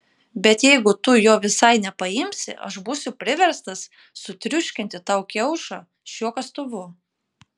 bet jeigu tu jo visai nepaimsi aš būsiu priverstas sutriuškinti tau kiaušą šiuo kastuvu